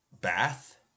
Bath